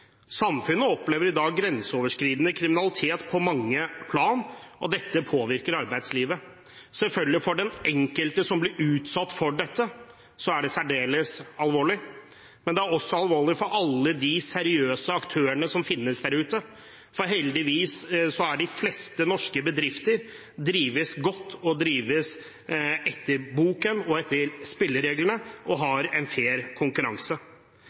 Samfunnet opplever i dag grenseoverskridende kriminalitet på mange plan, og dette påvirker arbeidslivet. For den enkelte som blir utsatt for dette, er det selvfølgelig særdeles alvorlig, men det er også alvorlig for alle de seriøse aktørene som finnes der ute. Heldigvis drives de fleste norske bedrifter godt og drives etter boken og etter spillereglene og har en fair konkurranse.